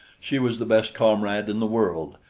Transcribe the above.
she was the best comrade in the world,